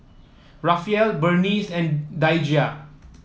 Rafael Berneice and Daijah